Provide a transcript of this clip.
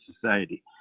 society